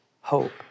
hope